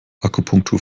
akupunktur